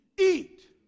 eat